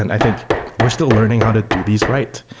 and i think we're still learning how to do these right,